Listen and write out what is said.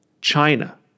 China